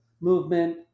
movement